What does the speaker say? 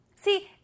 See